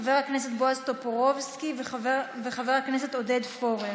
חבר הכנסת בועז טופורובסקי וחבר הכנסת עודד פורר.